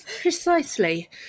Precisely